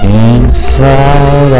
inside